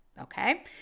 okay